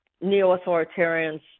neo-authoritarians